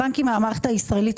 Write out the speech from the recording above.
אתה אומר שהמערכת הישראלית